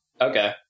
okay